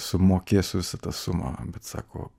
sumokėsiu visą tą sumą bet sako